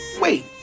Wait